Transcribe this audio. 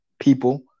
people